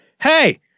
Hey